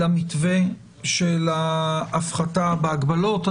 למתווה של הפחתה בהגבלות.